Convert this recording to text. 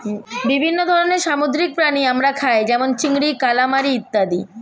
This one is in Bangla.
বিভিন্ন ধরনের সামুদ্রিক প্রাণী আমরা খাই যেমন চিংড়ি, কালামারী ইত্যাদি